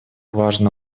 важно